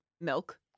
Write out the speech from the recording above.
milk